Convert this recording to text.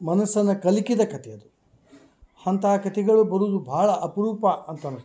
ಮನಸಿನ ಕಲ್ಕಿದ ಕತೆ ಅದು ಅಂತಾ ಕತೆಗಳು ಬರುದು ಭಾಳ ಅಪರೂಪ ಅಂತನಿಸ್ತು